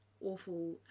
awful